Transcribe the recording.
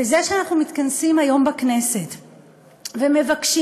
בזה שאנחנו מתכנסים היום בכנסת ומבקשים,